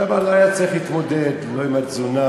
שם לא היה צריך להתמודד לא עם התזונה,